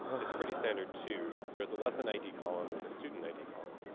it's pretty standard too. there's a lesson id column and a student id column.